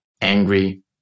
angry